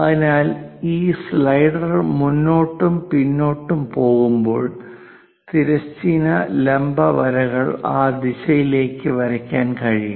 അതിനാൽ ഈ സ്ലൈഡർ മുന്നോട്ടും പിന്നോട്ടും പോകുമ്പോൾ തിരശ്ചീന ലംബ വരകൾ ആ ദിശയിലേക്ക് വരയ്ക്കാൻ കഴിയും